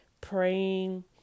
praying